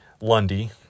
Lundy